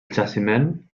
jaciment